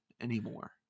anymore